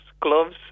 gloves